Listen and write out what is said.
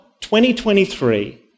2023